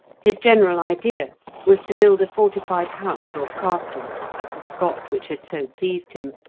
his general idea was to build a fortified house or castle at the spot which had so pleased him,